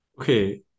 Okay